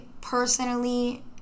personally